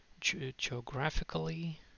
geographically